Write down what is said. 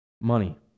money